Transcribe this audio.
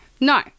No